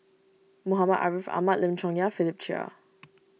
Muhammad Ariff Ahmad Lim Chong Yah and Philip Chia